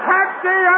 Taxi